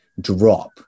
drop